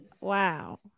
Wow